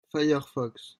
firefox